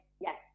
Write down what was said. yes